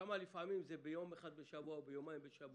ושם לפעמים לומדים יום אחד בשבוע או יומיים בשבוע,